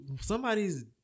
somebody's